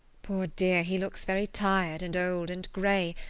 poor dear, he looks very tired and old and grey,